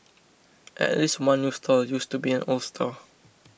at least one new stall used to be an old one